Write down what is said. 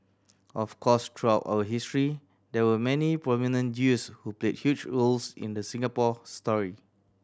of course through our history there were many prominent Jews who played huge roles in the Singapore story